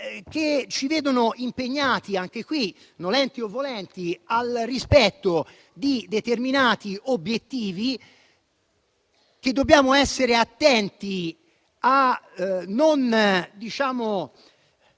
che ci vedono impegnati - anche qui, volenti o nolenti - al rispetto di determinati obiettivi. Dobbiamo essere attenti a non